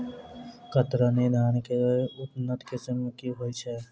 कतरनी धान केँ के उन्नत किसिम होइ छैय?